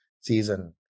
season